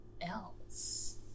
else